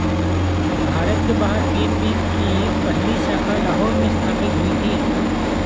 भारत के बाहर पी.एन.बी की पहली शाखा लाहौर में स्थापित हुई थी